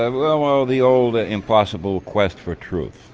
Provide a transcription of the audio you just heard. ah well well the old impossible quest for truth.